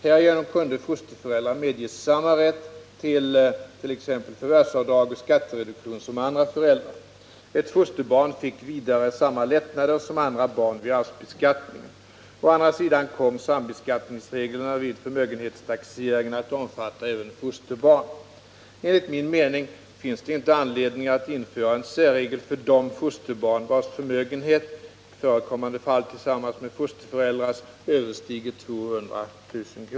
Härigenom kunde fosterföräldrar medges samma rätt till t.ex. förvärvsavdrag och skattereduktion som andra föräldrar. Ett fosterbarn fick vidare samma lättnader som andra barn vid arvsbeskattningen. Å andra sidan kom sambeskattningsreglerna vid förmögenhetstaxeringen att omfatta även fosterbarn. Enligt min mening finns det inte anledning att införa en särregel för de fosterbarn vars förmögenhet — i förekommande fall tillsammans med fosterförälders — överstiger 200 000 kr.